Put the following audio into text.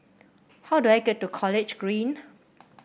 how do I get to College Green